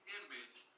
image